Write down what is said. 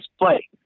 play